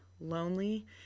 lonely